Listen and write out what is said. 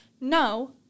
No